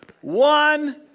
one